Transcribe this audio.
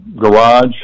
garage